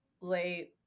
late